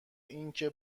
اینکه